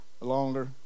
longer